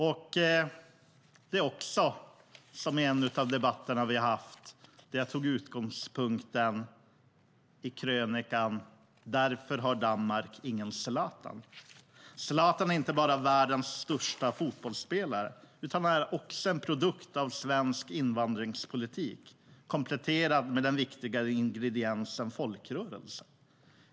I en debatt som vi tidigare hade tog jag som utgångspunkt krönikan med rubriken: Därför har Danmark ingen Zlatan. Zlatan är inte bara en av världens största fotbollsspelare utan också en produkt av svensk invandringspolitik, kompletterad med den viktiga ingrediensen folkrörelse.